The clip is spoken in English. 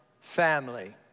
family